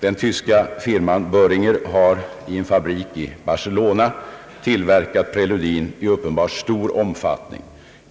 Den tyska firman Boehringer har i en fabrik i Barcelona tillverkat preludin i uppenbart stor omfattning.